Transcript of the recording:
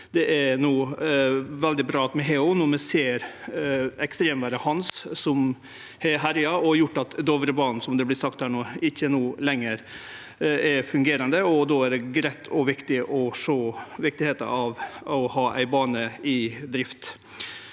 det er veldig bra at vi har ho no som vi såg ekstremværet Hans, som har herja og gjort at Dovrebanen ikkje lenger er fungerande. Då er det greitt og viktig å sjå viktigheita av å ha ei bane i drift.